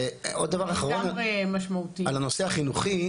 ועוד דבר אחרון על הנושא החינוכי,